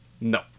no